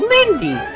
Lindy